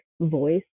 voice